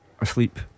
asleep